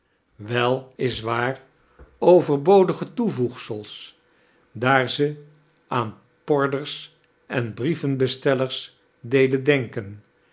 wel is waar ovierbodige toevoegsels daar ze aan porders en brievenbestelleirs deden denken